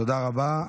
תודה רבה.